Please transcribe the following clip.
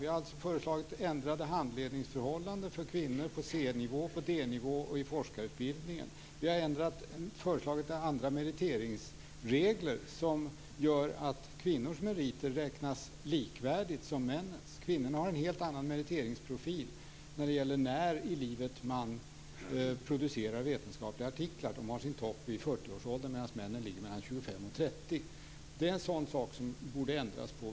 Vi har föreslagit ändrade handledningsförhållanden för kvinnor på C-nivå, på D-nivå och i forskarutbildningen. Vi har föreslagit andra meriteringsregler, som gör att kvinnors meriter räknas likvärdigt som männens. Kvinnorna har en helt annan meriteringsprofil vad gäller när i livet man producerar vetenskapliga artiklar - de har sin topp i 40-årsåldern, medan toppen för männen ligger mellan 25 och 30. Det är en sak som borde ändras på.